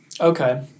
Okay